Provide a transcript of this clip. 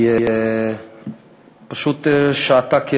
היא פשוט שהתה כנוצרייה.